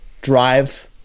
drive